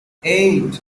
eight